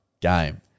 game